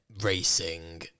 racing